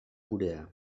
geurea